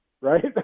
right